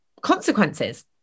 consequences